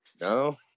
No